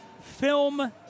film